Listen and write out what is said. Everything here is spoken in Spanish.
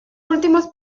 últimos